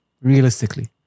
realistically